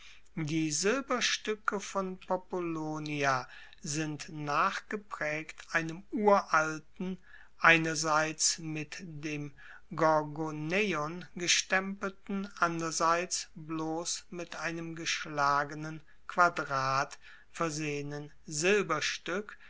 die silberstuecke von populonia sind nachgepraegt einem uralten einerseits mit dem gorgoneion gestempelten anderseits bloss mit einem eingeschlagenen quadrat versehenen silberstueck